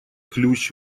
ключ